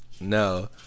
No